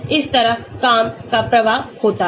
इस तरह काम का प्रवाह होता है